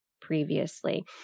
previously